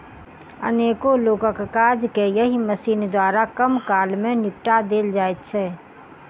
अनेको लोकक काज के एहि मशीन द्वारा कम काल मे निपटा देल जाइत छै